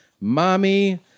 mommy